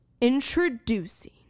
introducing